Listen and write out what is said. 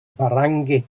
barangay